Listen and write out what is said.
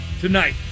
tonight